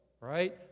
right